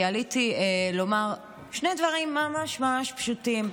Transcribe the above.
כי עליתי לומר שני דברים ממש ממש פשוטים.